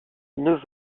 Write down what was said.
neuf